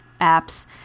apps